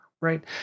right